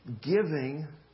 giving